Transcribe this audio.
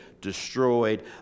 destroyed